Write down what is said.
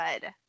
good